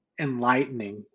enlightening